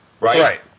Right